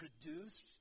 produced